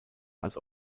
als